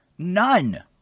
none